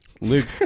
Luke